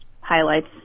highlights